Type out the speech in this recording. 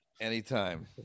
Anytime